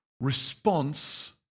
response